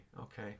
Okay